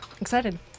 excited